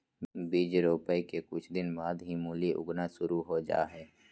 बीज रोपय के कुछ दिन बाद ही मूली उगना शुरू हो जा हय